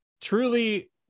truly